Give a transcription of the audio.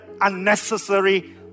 unnecessary